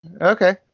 Okay